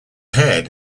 head